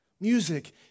Music